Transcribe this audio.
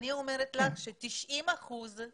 אני אומרת לך ש-90 אחוזים